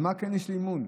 במה כן יש לי אמון?